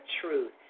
truth